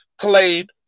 played